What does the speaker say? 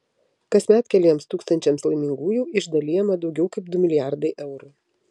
kasmet keliems tūkstančiams laimingųjų išdalijama daugiau kaip du milijardai eurų